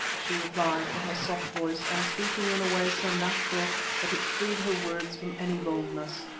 she replied, in her soft voice and speaking in a way so natural that it freed her words from any boldness,